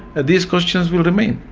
these questions will remain.